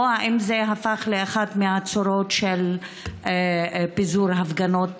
האם זה הפך לאחת מהצורות של פיזור הפגנות?